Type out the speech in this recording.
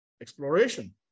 exploration